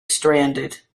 stranded